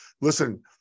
Listen